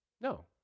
No